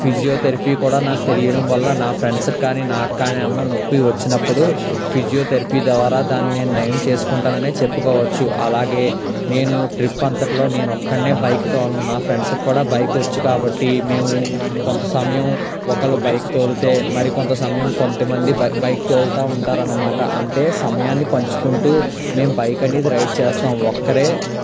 physiotherapy కూడా నాకు తెలియడం వల్ల నా ఫ్రెండ్స్కి కానీ నాకు కానీ ఏమైనా నొప్పి వచ్చినప్పుడు ఫిజియోథెరపీ ద్వారా దాన్ని నేను నయం చేసుకుంటానని చెప్పుకోవచ్చు అలాగే నేను ట్రిప్ అంతట్లో నేనొక్కడినే బైక్ తోలను నా ఫ్రెండ్స్కి కూడా బైక్ వచ్చు కాబట్టి మేము కొంత సమయం ఒకళ్ళు బైక్ తోలితే మరి కొంత సమయం కొంత మంది బైక్ బైక్ తోలుతా ఉంటారు అనమాట అంటే సమయాన్ని పంచుకుంటూ మేము బైక్ అనేది రైడ్ చేస్తాం ఒక్కరే